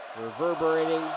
reverberating